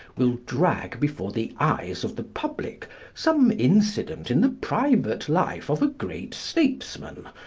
will drag before the eyes of the public some incident in the private life of a great statesman,